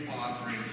offering